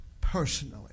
personally